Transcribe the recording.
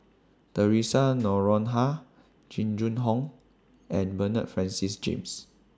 Theresa Noronha Jing Jun Hong and Bernard Francis James